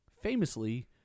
famously